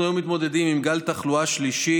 אנחנו היום מתמודדים עם גל תחלואה שלישי,